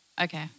okay